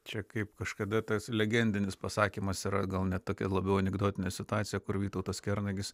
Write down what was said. čia kaip kažkada tas legendinis pasakymas yra gal ne tokia labiau anekdotinė situacija kur vytautas kernagis